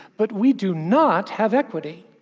but we do not have equity.